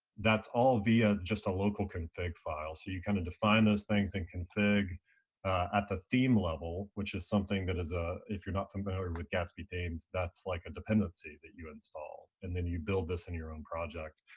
that's all via just a local config file. so you kind of define those things in config at the theme-level, which is something that is ah if you're not familiar with gatsby themes, that's like a dependency that you install. and you build this in your own project.